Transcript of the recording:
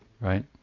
Right